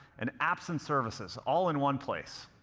and apps and services all in one place.